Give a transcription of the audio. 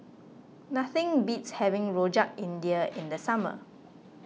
nothing beats having Rojak India in the summer